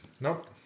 nope